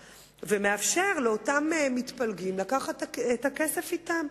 ומאפשר לאותם מתפלגים לקחת את הכסף אתם.